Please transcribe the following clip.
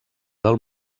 del